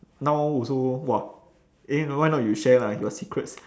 now also !wah! eh no why not you share lah your secrets